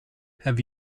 have